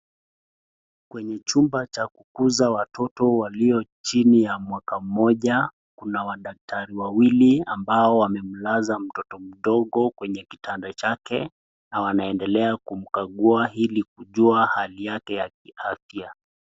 Kwenye chumba cha kutunza watoto walio chini ya mwaka mmoja, kuna madaktari wawili ambao wamemlaza mtoto mdogo kwenye kitanda chake na wanaendelea kumkagua ili kujua hali yake ya kiafya.